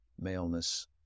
maleness